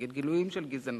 נגד גילויים של גזענות.